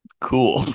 cool